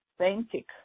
authentic